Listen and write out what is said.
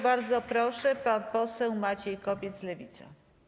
Bardzo proszę, pan poseł Maciej Kopiec, Lewica.